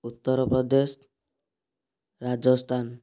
Uttar Pradesh Rajasthan